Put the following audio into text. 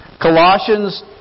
Colossians